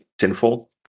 sinful